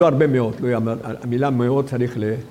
‫לא הרבה מאוד, ‫המילה מאוד צריך ל...